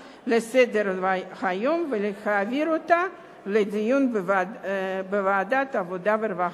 לסדר-היום ולהעביר אותה לדיון בוועדת העבודה והרווחה.